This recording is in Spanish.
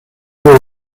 debe